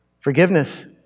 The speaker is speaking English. Forgiveness